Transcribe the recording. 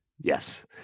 Yes